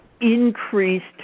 increased